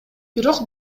бирок